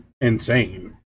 insane